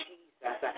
Jesus